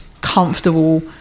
comfortable